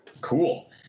Cool